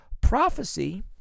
Prophecy